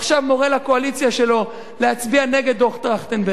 עכשיו מורה לקואליציה הזאת להצביע נגד דוח-טרכטנברג.